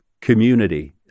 community